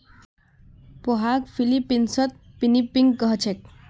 पोहाक फ़िलीपीन्सत पिनीपिग कह छेक